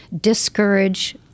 discourage